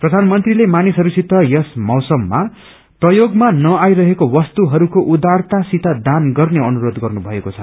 प्रधानमन्त्रीले मानिसहरूसित यस मौसममा प्रयोगमा नआइरर्हेको वस्तुहरूको उदारतासित दान गर्ने अनुरोध गर्नुभएको छ